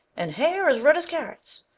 and hair as red as carrots!